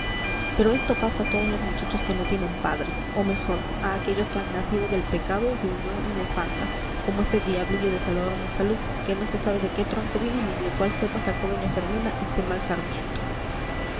pero esto pasa a todos los muchachos que no tienen padre o mejor a aquellos que han nacido del pecado y de unión nefanda como ese diablillo de salvador monsalud que no se sabe de qué tronco vino ni de cuál cepa sacó doña fermina este mal sarmiento